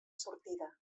sortida